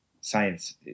science